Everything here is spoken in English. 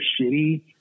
shitty